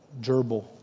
gerbil